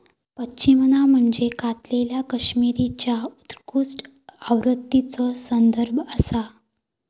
पश्मिना म्हणजे कातलेल्या कश्मीरीच्या उत्कृष्ट आवृत्तीचो संदर्भ आसा